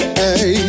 hey